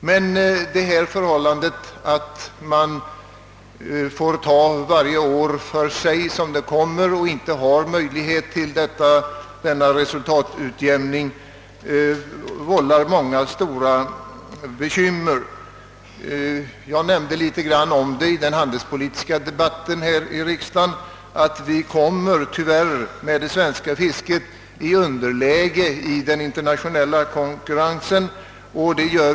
Men förhållandet att man får skatta för varje år för sig och inte har möjlighet till resultatutjämning vållar många bekymmer. Jag nämnde i den handelspolitiska debatten i riksdagen att det svenska fisket tyvärr kommer i underläge i den internationella konkurrensen.